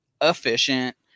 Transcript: efficient